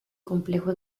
complejo